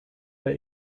der